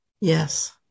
Yes